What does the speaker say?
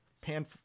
pan